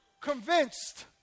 Convinced